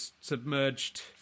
submerged